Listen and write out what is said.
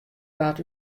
waard